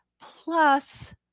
Plus